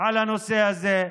על הנושא הזה.